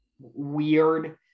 weird